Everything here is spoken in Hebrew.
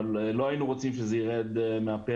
אבל לא היינו רוצים שזה ירד מהפרק.